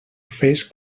fes